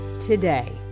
Today